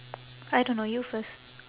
I don't know you first